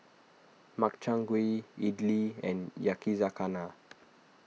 Makchang Gui Idili and Yakizakana